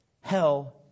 Hell